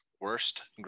worst